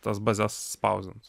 tas bazes spausdins